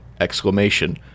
Exclamation